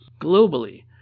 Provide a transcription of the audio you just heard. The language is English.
Globally